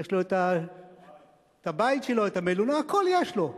יש לו הבית שלו, את המלונה, הכול יש לו,